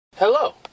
Hello